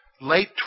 late